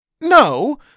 No